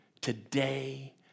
today